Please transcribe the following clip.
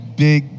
big